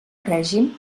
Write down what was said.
règim